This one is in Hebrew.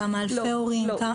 בכמה אלפי מורים?